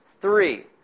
three